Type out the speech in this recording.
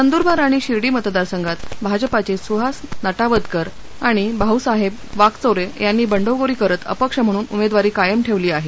नंदुखार आणि शिर्डी मतदारसंघात भाजपचे सुहास नटावदकर आणि भाऊसाहेब वाकचौरे यांनी बंडखोरी करत अपक्ष म्हणून उमेदवारी कायम ठेवली आहे